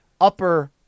upper